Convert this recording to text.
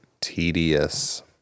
tedious